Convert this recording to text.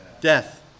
Death